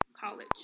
college